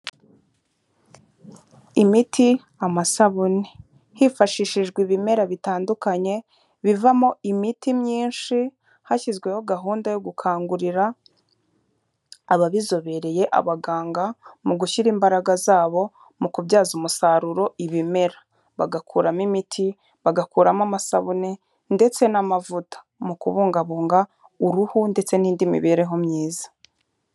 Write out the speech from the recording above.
Imiti, amasabune. Hifashishijwe ibimera bitandukanye bivamo imiti myinshi hashyizweho gahunda yo gukangurira ababizobereye, abaganga mu gushyira imbaraga zabo mu kubyaza umusaruro ibimera. Bagakuramo imiti, bagakuramo amasabune ndetse n'amavuta. Mu kubungabunga uruhu ndetse n'indi mibereho myiza.